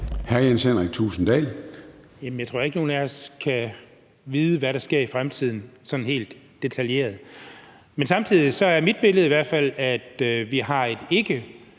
10:59 Jens Henrik Thulesen Dahl (DD): Jeg tror ikke, nogen af os kan vide, hvad der sker i fremtiden sådan helt detaljeret. Men samtidig er mit billede i hvert fald, at vi har et ikke